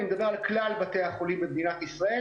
ואני מדבר על כלל בתי החולים במדינת ישראל,